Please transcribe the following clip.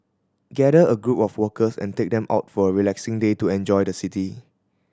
gather a group of workers and take them out for a relaxing day to enjoy the city